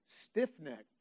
Stiff-necked